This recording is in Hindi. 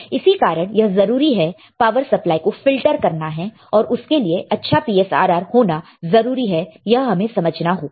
इसी कारण यह जरूरी है पावर सप्लाई को फिल्टर करना और इसके लिए अच्छा PSRR होना जरूरी है यह हमें समझना होगा